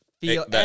feel